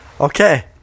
Okay